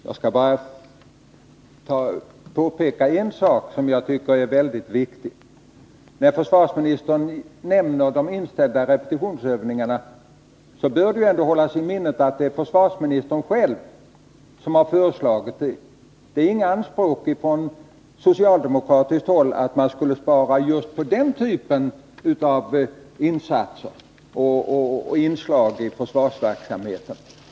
Herr talman! Jag skall bara påpeka en sak, som jag tycker är mycket viktig. Det finns anledning att hålla i minnet att det är försvarsministern själv som låg bakom förslaget att inställa repetitionsövningarna. Det har inte funnits några anspråk från socialdemokratiskt håll att spara in på just den delen av försvarsverksamheten.